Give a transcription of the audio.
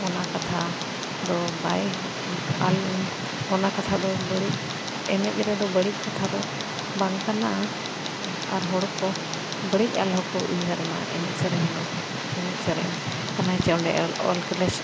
ᱚᱱᱟ ᱠᱟᱛᱷᱟ ᱫᱚ ᱵᱟᱭ ᱚᱱᱟ ᱠᱟᱛᱷᱟ ᱫᱚ ᱵᱟᱹᱲᱤᱡ ᱮᱱᱮᱡ ᱨᱮᱫᱚ ᱵᱟᱹᱲᱤᱡ ᱠᱟᱛᱷᱟ ᱫᱚ ᱵᱟᱝ ᱠᱟᱱᱟ ᱟᱨ ᱦᱚᱲ ᱠᱚ ᱵᱟᱹᱲᱤᱡ ᱟᱞᱚᱠᱚ ᱩᱭᱦᱟᱹᱨᱼᱢᱟ ᱮᱱᱮᱡ ᱥᱮᱨᱮᱧ ᱫᱚ ᱮᱱᱮᱡ ᱥᱮᱨᱮᱧ ᱠᱟᱱᱟᱭ ᱪᱮ ᱚᱸᱰᱮ ᱚᱞ ᱠᱞᱮᱥ